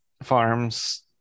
farms